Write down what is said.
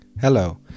Hello